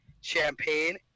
champagne